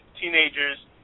teenagers